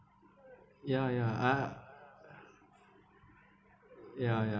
ya ya ah ya ya